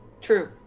true